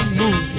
move